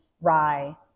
rye